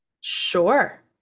Sure